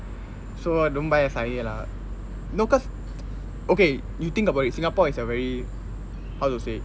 so don't buy S_I_A lah no cause okay you think about it singapore is a very how to say